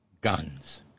guns